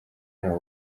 ntawe